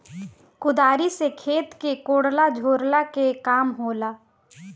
कुदारी से खेत के कोड़ला झोरला के काम होला